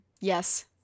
Yes